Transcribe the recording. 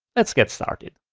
let's get started.